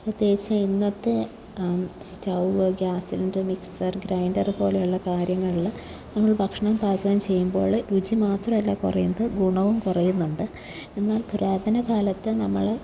പ്രത്യേകിച്ച് ഇന്നത്തെ stove gas cylinder mixer grinder പോലെയുള്ള കാര്യങ്ങളിൽ നമ്മൾ ഭക്ഷണം പാചകം ചെയ്യുമ്പോൾ രുചി മാത്രം അല്ല കുറയുന്നത് ഗുണവും കുറയുന്നുണ്ട് എന്നാൽ പുരാതനകാലത്ത് നമ്മൾ